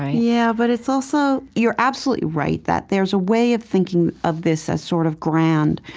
yeah, but it's also you're absolutely right that there's a way of thinking of this as sort of grand.